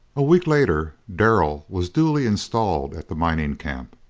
a week later darrell was duly installed at the mining camp.